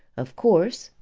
of course,